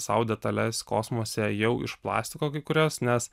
sau detales kosmose jau iš plastiko kai kurias nes